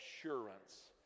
assurance